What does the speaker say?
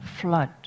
flood